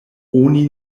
oni